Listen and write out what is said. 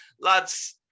lads